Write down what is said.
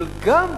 אבל גם דין,